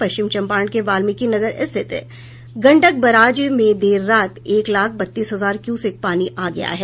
पश्चिम चंपारण के वाल्मीकिनगर स्थित गंडक बराज में देर रात एक लाख बत्तीस हजार क्यूसेक पानी आ गया है